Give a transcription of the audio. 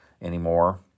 anymore